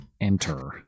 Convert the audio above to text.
Enter